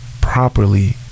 properly